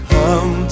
Come